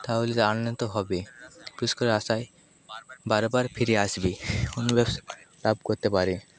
তাহলে আনন্দ তো হবে পুরস্কারের আশায় বারবার ফিরে আসবে অন্য ব্যবসা লাভ করতে পারে